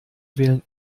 wählen